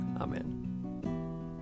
Amen